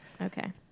Okay